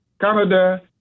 Canada